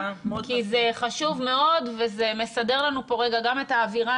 כי זה חשוב מאוד וזה מסדר לנו פה רגע גם את האווירה,